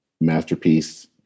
Masterpiece